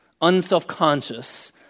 unselfconscious